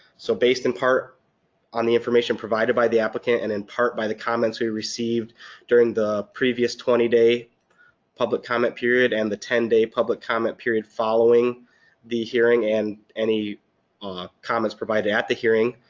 so based in part on the information provided by the applicant and in part by the comments we received during the previous twenty day public comment period and the ten day public comment period following the hearing and any ah comments provided at the hearing,